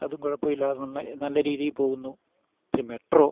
അതും കുഴപ്പമില്ലാതെ നല്ല രീതിയിൽ പോകുന്നു പിന്നെ മെട്രോ